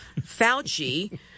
fauci